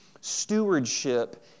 stewardship